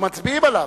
מצביעים עליו.